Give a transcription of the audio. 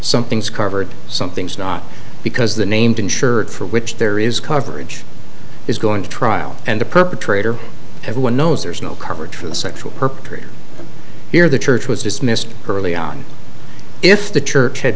something's covered something's not because the named insured for which there is coverage is going to trial and the perpetrator everyone knows there's no coverage for the sexual perpetrator here the church was dismissed early on if the church had